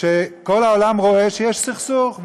שכל העולם רואה שיש סכסוך,